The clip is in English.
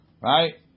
right